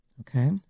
Okay